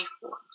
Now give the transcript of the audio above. forms